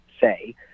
say